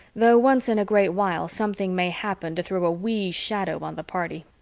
though once in a great while something may happen to throw a wee shadow on the party.